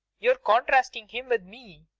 you're contrasting him with me.